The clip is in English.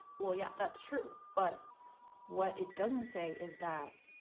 well yeah. that's true but what it doesn't say is that